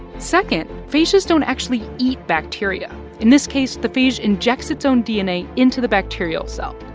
second, phages don't actually eat bacteria in this case, the phage injects its own dna into the bacterial cell.